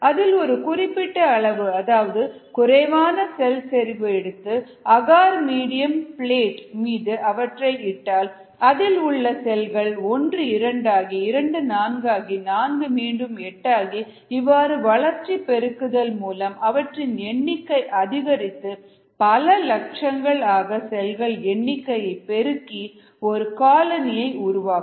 அதில் ஒரு குறிப்பிட்ட அளவு அதாவது குறைவான செல் செறிவு எடுத்து அகார் மீடியம் பிளேட் மீது அவற்றை இட்டால் அதில் உள்ள செல்கள் ஒன்று இரண்டாகி இரண்டு நான்காகி 4 மீண்டும் எட்டு ஆகி இவ்வாறு வளர்ச்சி பெருக்குதல் மூலம் அவற்றின் எண்ணிக்கை அதிகரித்து பல லட்சங்கள் ஆக செல்கள் எண்ணிக்கை பெருகி ஒரு காலனி உருவாக்கும்